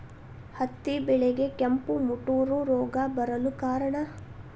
ಹತ್ತಿ ಬೆಳೆಗೆ ಕೆಂಪು ಮುಟೂರು ರೋಗ ಬರಲು ಕಾರಣ?